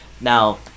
Now